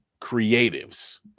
creatives